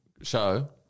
show